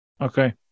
okay